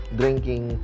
drinking